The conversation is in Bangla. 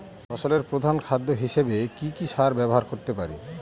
ফসলের প্রধান খাদ্য হিসেবে কি কি সার ব্যবহার করতে পারি?